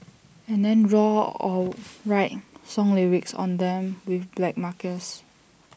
and then draw or write song lyrics on them with black markers